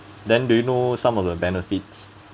then do you know some of the benefits